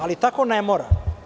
Ali tako ne mora.